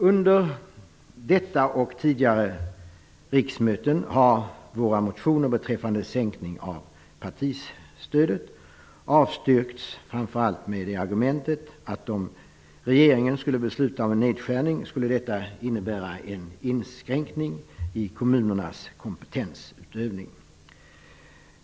Under detta riksmöte och tidigare riksmöten har våra motioner beträffande en minskning av partistödet avstyrkts framför allt med argumentet, att om regeringen skulle besluta om en nedskärning skulle detta innebära en inskränkning i kommunernas kompetensutövning.